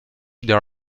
there